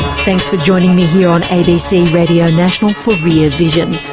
thanks for joining me here on abc radio national for rear vision.